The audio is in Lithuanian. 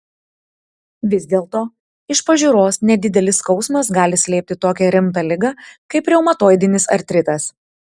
vis dėlto iš pažiūros nedidelis skausmas gali slėpti tokią rimtą ligą kaip reumatoidinis artritas